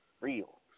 Real